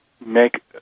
make